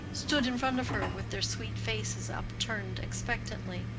stood in front of her with their sweet faces upturned expectantly.